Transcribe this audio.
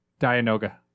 Dianoga